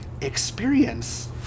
experience